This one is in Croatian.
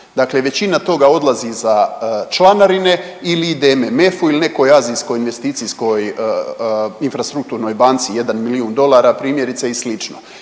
dakle većina toga odlazi za članarine ili ide MMF-u ili nekoj azijskoj investicijskoj infrastrukturnoj banci, jedan milijun dolara primjerice i